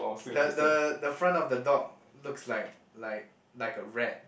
the the the front of the dog looks like like like a rat